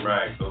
Right